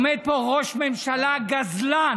עומד פה ראש ממשלה גזלן,